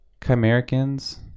Chimericans